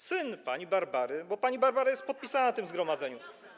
syn pani Barbary, bo pani Barbara jest podpisana na tym zgromadzeniu.